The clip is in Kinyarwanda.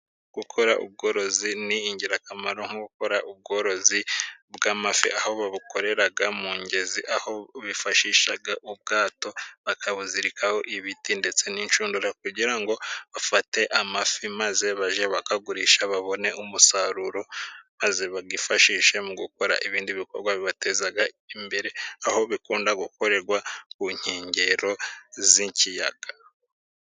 Gukora ubworozi ni ingirakamaro, nko gukora ubworozi bw'amafi aho babukorera mu ngezi, aho bifashisha ubwato bakabuzirikaho ibiti ndetse n'inshundura, kugira ngo bafate amafi maze bajye bayagurisha babone umusaruro, maze bayifashishe mu gukora ibindi bikorwa bibateza imbere, aho bikunda gukorerwa ku nkengero z'ikiyaga.